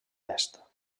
est